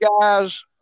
guys